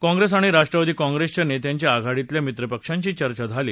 काँप्रेस आणि राष्ट्रवादी काँप्रेसच्या नेत्यांची आघाडीतल्या मित्रपक्षांशी चर्चा केली